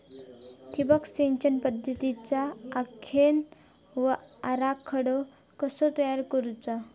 ठिबक सिंचन पद्धतीचा आरेखन व आराखडो कसो तयार करायचो?